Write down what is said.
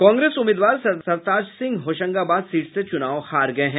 कांग्रेस उम्मीदवार सरताज सिंह होशंगाबाद सीट से चुनाव हार गए हैं